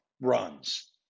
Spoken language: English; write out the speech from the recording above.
runs